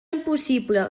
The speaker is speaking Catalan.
impossible